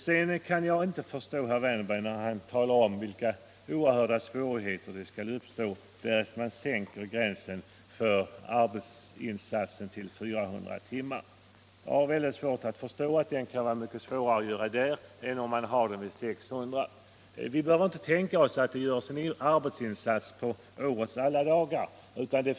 Sedan kan jag inte förstå herr Wärnberg när han talar om vilka oerhörda svårigheter som skulle uppstå om man sänker gränsen för arbetsinsatsen till 400 timmar. Jag kan inte inse att det skulle bli svårare att göra kontrollen där än om man har gränsen vid 600 timmar. Vi behöver inte utgå från att alla gör en lika arbetsinsats på årets alla dagar.